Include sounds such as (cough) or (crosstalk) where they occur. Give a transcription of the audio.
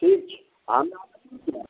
ठीक छै (unintelligible)